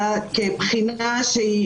אני לא מפחדת